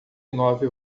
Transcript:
nove